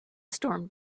storm